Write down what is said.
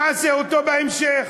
נעשה אותו בהמשך.